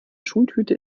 schultüte